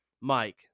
Mike